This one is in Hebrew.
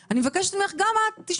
אני מבינה את הכאב.